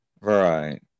Right